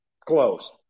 closed